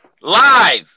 Live